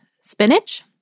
spinach